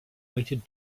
weighted